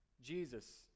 Jesus